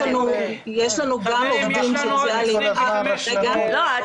יש לנו גם עובדים סוציאליים --- לא,